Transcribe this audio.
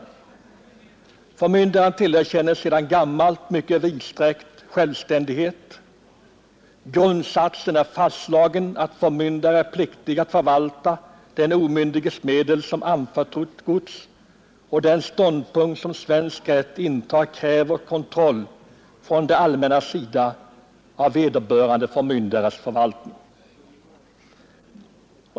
Förmyndaren tillerkänns sedan gammalt mycket vidsträckt självständighet. Grundsatsen är fastslagen att förmyndaren är pliktig att förvalta den omyndiges medel som anförtrott gods, och den ståndpunkt som svensk rätt intar kräver kontroll från det allmännas sida av vederbörande förmyndares förvaltning.